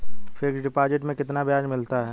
Fix deposit में कितना ब्याज मिलता है?